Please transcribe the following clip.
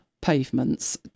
pavements